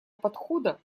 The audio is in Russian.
подхода